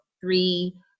three